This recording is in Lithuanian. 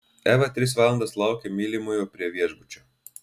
eva tris valandas laukė mylimojo prie viešbučio